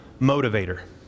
motivator